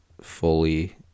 fully